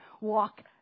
walk